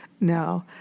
No